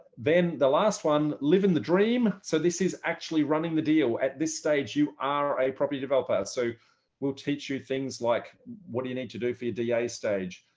then the last one, live in the dream. so this is actually running the deal. at this stage, you are a property developer. so we'll teach you things like what do you need to do for your da stage?